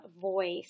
voice